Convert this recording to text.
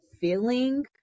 feeling